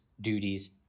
duties